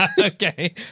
Okay